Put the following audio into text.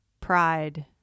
pride